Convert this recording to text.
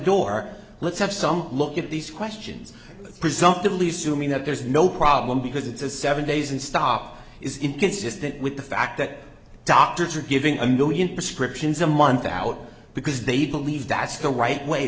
door let's have some look at these questions presumptively suman that there's no problem because it's a seven days and stop is inconsistent with the fact that doctors are giving a million prescriptions a month to because they believe that's the right way